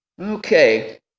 Okay